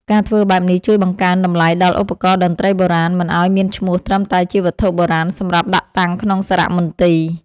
ការធ្វើបែបនេះជួយបង្កើនតម្លៃដល់ឧបករណ៍តន្ត្រីបុរាណ មិនឱ្យមានឈ្មោះត្រឹមតែជាវត្ថុបុរាណសម្រាប់ដាក់តាំងក្នុងសារមន្ទីរ។